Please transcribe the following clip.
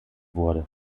wurde